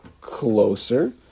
closer